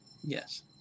yes